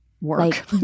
work